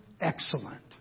excellent